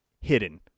hidden